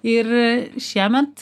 ir šiemet